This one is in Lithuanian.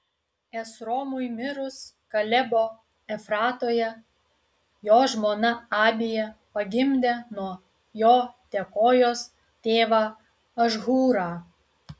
esromui mirus kalebo efratoje jo žmona abija pagimdė nuo jo tekojos tėvą ašhūrą